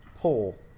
pull